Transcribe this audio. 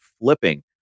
flipping